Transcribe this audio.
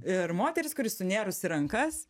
ir moteris kuri sunėrusi rankas